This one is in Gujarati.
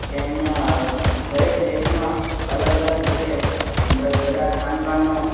તેમના દરેક દેશમાં અલગ અલગ રીતે બધા ખાન પાન